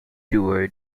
duo